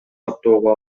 каттоого